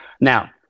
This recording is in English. now